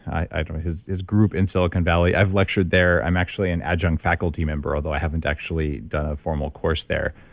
i don't know. his his group in silicon valley, i've lectured there. i'm actually an adjunct faculty member, although i haven't actually done a formal course there.